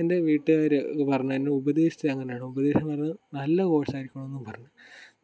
എൻ്റെ വീട്ടുകാർ പറഞ്ഞത് എന്നെ ഉപദേശിച്ചത് അങ്ങനെയാണ് ഉപദേശങ്ങൾ നല്ല കോഴ്സ് ആയിരിക്കണം എന്നും പറഞ്ഞു